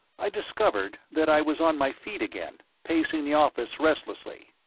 i discovered that i was on my feet again, pacing the office restlessly.